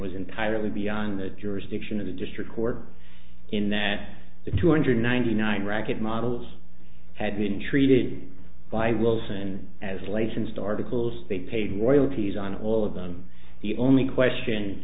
was entirely beyond the jurisdiction of the district court in that the two hundred ninety nine racket models had been treated by wilson as latest articles they paid royalties on all of them the only question